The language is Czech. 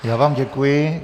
Já vám děkuji.